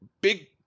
big